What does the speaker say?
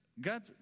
God